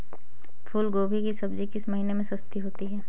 फूल गोभी की सब्जी किस महीने में सस्ती होती है?